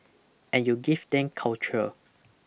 and you give them culture